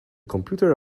computer